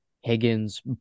Higgins